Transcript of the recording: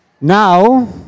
Now